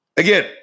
Again